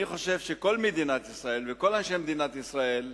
אני חושב שכל מדינת ישראל וכל אנשי מדינת ישראל,